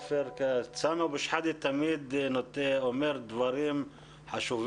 סמי אבו שחאדה אומר תמיד דברים חשובים